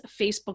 Facebook